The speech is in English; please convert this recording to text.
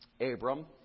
Abram